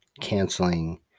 canceling